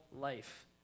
life